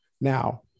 Now